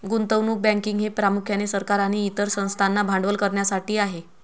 गुंतवणूक बँकिंग हे प्रामुख्याने सरकार आणि इतर संस्थांना भांडवल करण्यासाठी आहे